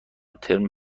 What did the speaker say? ترم